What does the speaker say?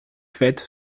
fête